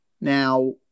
Now